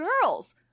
girls